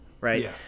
right